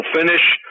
finish